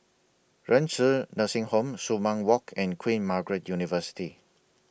Renci Nursing Home Sumang Walk and Queen Margaret University